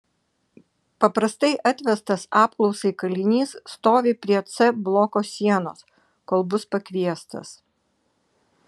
paprastai atvestas apklausai kalinys stovi prie c bloko sienos kol bus pakviestas